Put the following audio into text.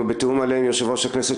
אנחנו בתיאום מלא עם יושב-ראש הכנסת,